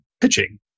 pitching